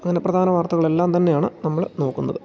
അങ്ങനെ പ്രധാന വാർത്തകളെല്ലാം തന്നെയാണ് നമ്മൾ നോക്കുന്നത്